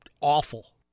awful